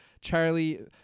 Charlie